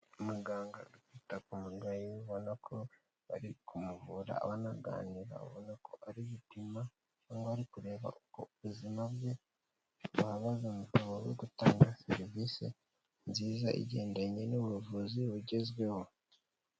Umuganga uri kwita ku murwayi, ubona ko ari kumuvura banaganira ubona ko ari gupima cyangwa ari kureba uko ubuzima bwe bubaze akaba ari gutanga serivisi nziza igendanye n'ubuvuzi bugezweho.